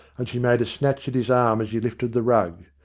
and she made a snatch at his arm as he lifted the rug.